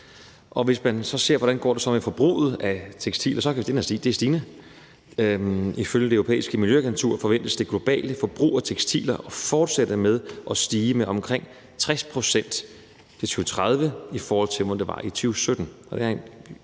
Hvis man så ser, hvordan det går med forbruget af tekstil, så kan man simpelt hen se, at det er stigende. Ifølge Det Europæiske Miljøagentur forventes det globale forbrug af tekstiler at fortsætte med at stige med omkring 60 pct. til 2030 i forhold til 2017.